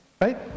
Right